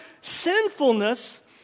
sinfulness